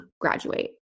graduate